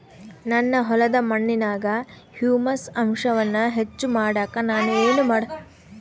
ನನ್ನ ಹೊಲದ ಮಣ್ಣಿನಾಗ ಹ್ಯೂಮಸ್ ಅಂಶವನ್ನ ಹೆಚ್ಚು ಮಾಡಾಕ ನಾನು ಏನು ಮಾಡಬೇಕು?